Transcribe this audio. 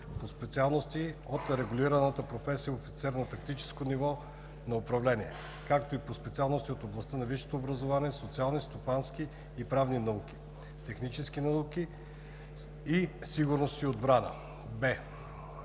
по специалности от регулираната професия „Офицер за тактическо ниво на управление“, както и по специалности от областите на висшето образование „Социални, стопански и правни науки“, „Технически науки“ и „Сигурност и отбрана“;